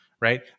Right